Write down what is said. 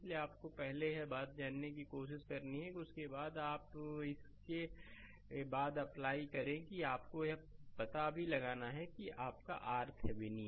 इसलिए आपको पहले यह जानने की कोशिश करनी है कि उसके बाद आप इसके बाद अप्लाई करें कि आपको यह भी पता लगाना है कि आपका RThevenin